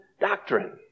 doctrine